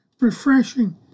refreshing